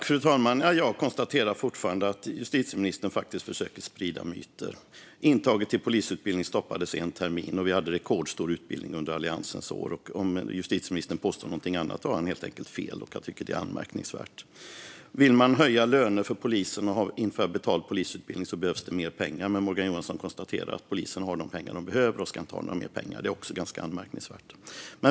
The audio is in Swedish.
Fru talman! Jag konstaterar fortfarande att justitieministern försöker att sprida myter. Vi hade en rekordstor polisutbildning under Alliansens år, och intaget till utbildningen stoppades en termin. Om justitieministern påstår något annat har han helt enkelt fel. Det är anmärkningsvärt. Vill man höja polisernas löner och införa betald polisutbildning behövs det mer pengar. Morgan Johansson konstaterar dock att polisen har de pengar de behöver och inte ska ha mer pengar. Det är också ganska anmärkningsvärt.